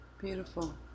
beautiful